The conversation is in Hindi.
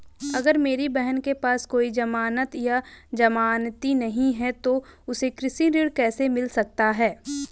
अगर मेरी बहन के पास कोई जमानत या जमानती नहीं है तो उसे कृषि ऋण कैसे मिल सकता है?